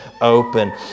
open